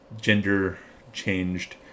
gender-changed